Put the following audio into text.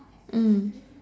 mm